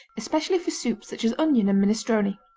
especially for soups such as onion and minestrone.